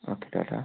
okay doctor